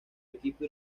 equipo